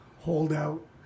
holdout